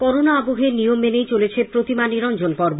corona আবহে নিয়ম মেনেই চলেছে প্রতিমা নিরঞ্জন পর্ব